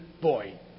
boy